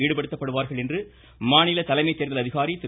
ஈடுபடுத்தப்படுவார்கள் என்று மாநில தலைமை தோதல் அதிகாரி திரு